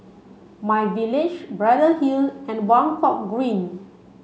My Village Braddell Hill and Buangkok Green